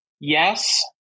Yes